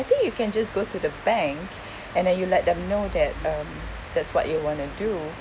I think you can just go to the bank and then you let them know that um that's what you want to do